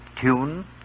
tune